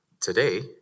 today